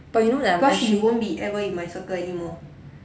but you know that I like